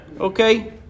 okay